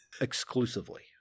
exclusively